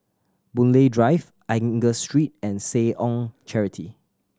Boon Lay Drive Angus Street and Seh Ong Charity